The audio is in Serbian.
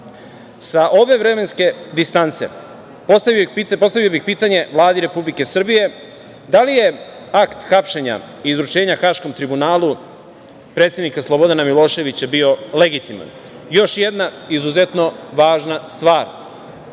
ove vremenske distance postavio bih pitanje Vladi Republike Srbije da li je akt hapšenja i izručenja Haškom tribunalu predsednika Slobodana Miloševića bio legitiman? Još jedna izuzetno važna stvar,